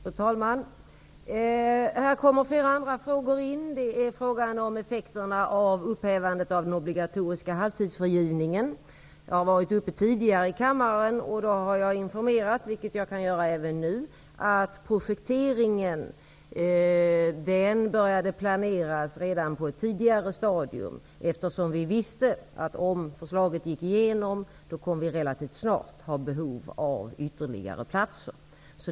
Fru talman! Här kommer flera andra frågor in i diskussionen. Frågan om effekterna av upphävandet av den obligatoriska halvtidsfrigivningen har tidigare varit uppe i kammaren. Jag har då informerat -- vilket jag kan göra även nu -- att projekteringen började planeras redan på ett tidigare stadium, eftersom vi visste att om förslaget gick igenom, skulle det mycket snart uppstå behov av ytterligare platser.